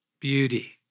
beauty